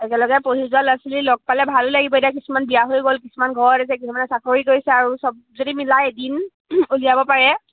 একেলগে পঢ়ি যোৱা ল'ৰা ছোৱালী লগ পালে ভালো লাগিব এতিয়া কিছুমান বিয়া হৈ গ'ল কিছুমান ঘৰত আছে কিছুমানে চাকৰি কৰিছে আৰু চব যদি মিলাই এদিন উলিয়াব পাৰে